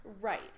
Right